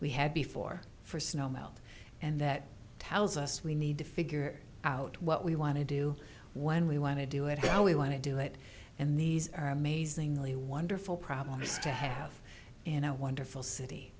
we had before for snow melt and that tells us we need to figure out what we want to do when we want to do it how we want to do it and these are amazingly wonderful problems to have in a wonderful city